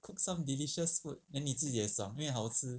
cook some delicious food then 你自己也爽因为好吃